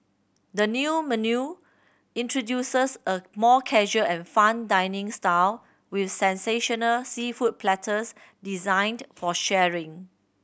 the new menu introduces a more casual and fun dining style with sensational seafood platters designed for sharing